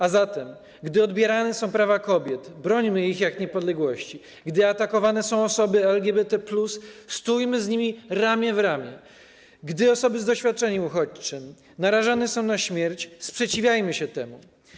A zatem gdy odbierane są prawa kobiet, brońmy ich jak niepodległości, gdy atakowane są osoby LGBT+, stójmy z nimi ramię w ramię, gdy osoby z doświadczeniem uchodźczym narażane są na śmierć, sprzeciwiajmy się temu.